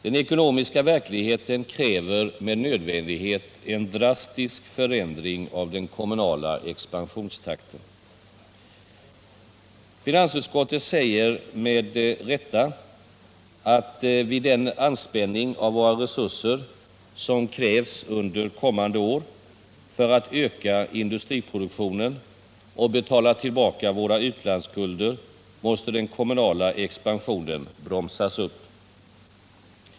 Den ekonomiska verkligheten kräver med nödvändighet en drastisk förändring av den kommunala expansionstakten. Finansutskottet säger med rätta att vid den anspänning av våra resurser som krävs under kommande år för att öka industriproduktionen och betala tillbaka våra utlandsskulder måste den kommunala expansionen bromsas upp.